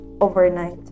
overnight